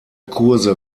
kurse